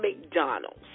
McDonald's